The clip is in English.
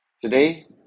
Today